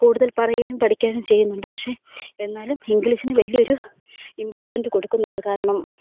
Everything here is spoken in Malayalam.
കൂടുതൽ പറയാനും പഠിക്കാനും ചെയ്യുന്നുണ്ട് പക്ഷെ എന്നാലും ഇംഗ്ലീഷിന് വലിയൊരു ഇമ്പോർട്ടൻ്റ് കൊടുക്കുന്നുണ്ട് കാരണം